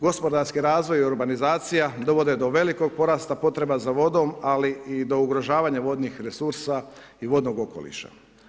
Gospodarski razvoj i urbanizacija dovode do velikog porasta potreba za vodom, ali i do ugrožavanja vodnih resursa i vodnog okoliša.